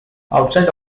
outside